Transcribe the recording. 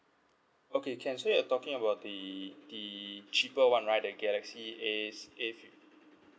okay can so you're talking about the the cheaper one right the galaxy ace A fi~